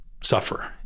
suffer